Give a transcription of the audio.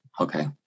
Okay